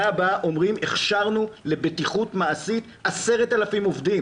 הבאה שהכשרנו לבטיחות מעשית 10,000 עובדים,